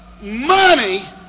money